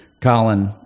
Colin